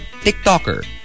TikToker